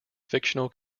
fictional